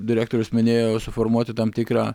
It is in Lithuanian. direktorius minėjo suformuoti tam tikrą